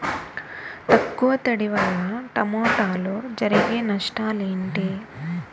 తక్కువ తడి వల్ల టమోటాలో జరిగే నష్టాలేంటి?